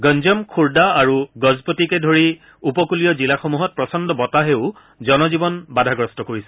গঞ্জম খুৰ্দা আৰু গজপতিকে ধৰি উপকূলীয় জিলাসমূহত প্ৰচণ্ড বতাহেও জনজীৱন বাধাগ্ৰস্ত কৰিছে